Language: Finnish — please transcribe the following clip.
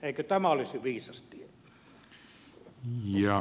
eikö tämä olisi viisas tie